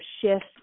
shift